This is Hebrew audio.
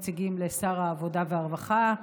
וגם נציגים ונציגות לשר העבודה והרווחה,